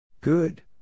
Good